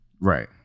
Right